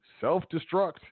self-destruct